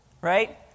right